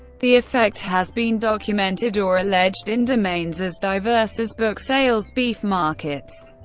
the effect has been documented or alleged in domains as diverse as book sales, beef markets,